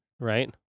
Right